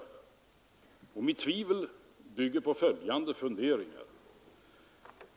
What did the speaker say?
Mitt tvivel bygger på följande funderingar.